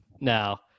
No